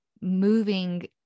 moving